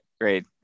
Great